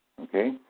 okay